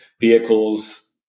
vehicles